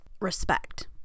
respect